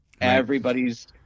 everybody's